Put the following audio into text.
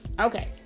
Okay